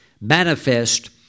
manifest